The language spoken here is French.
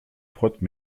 prote